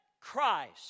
Christ